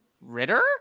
Ritter